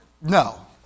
no